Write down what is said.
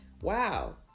wow